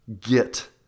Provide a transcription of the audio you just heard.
get